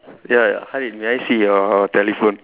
ya Harid may I see your telephone